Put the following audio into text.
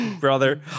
brother